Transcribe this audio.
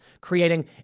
creating